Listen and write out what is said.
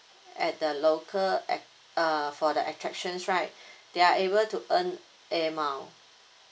at the local at~ uh for the attractions right they are able to earn air miles